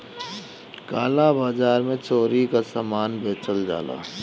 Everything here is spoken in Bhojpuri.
काला बाजार में चोरी कअ सामान बेचल जाला